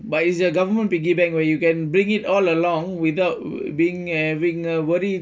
but is a government piggy bank where you can bring it all along without being having uh worry